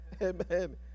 amen